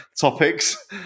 topics